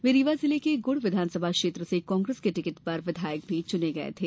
वे रीवा जिले के गुढ़ विधानसभा क्षेत्र से कांग्रेस के टिकट पर विधायक भी चुने गए थे